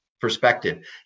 perspective